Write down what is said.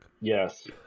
Yes